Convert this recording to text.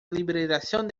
liberación